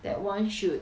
that [one] should